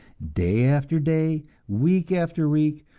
day after day, week after week,